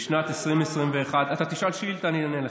בשנת 2021, אדוני,